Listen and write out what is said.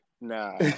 Nah